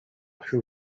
who